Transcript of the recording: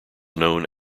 known